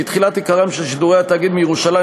כי תחילת עיקרם של שידורי התאגיד מירושלים